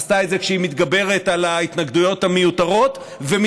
עשתה את זה כשהיא מתגברת על ההתנגדויות המיותרות ומתחשבת